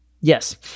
Yes